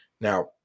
Now